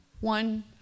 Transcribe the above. one